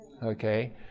Okay